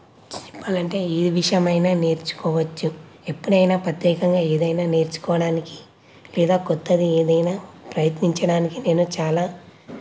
చెప్పాలి అంటే ఏ విషయమైనా నేర్చుకోవచ్చు ఎప్పుడైనా ప్రత్యేకంగా ఏదైనా నేర్చుకోవడానికి లేదా క్రొత్తది ఏదైనా ప్రయత్నించడానికి నేను చాలా